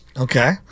Okay